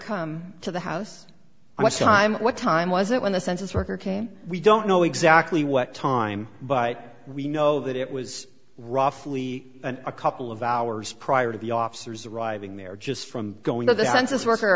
come to the house and let's time what time was it when the census worker came we don't know exactly what time but we know that it was roughly a couple of hours prior to the officers arriving there just from going to the census worker